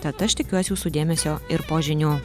tad aš tikiuos jūsų dėmesio ir po žinių